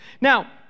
Now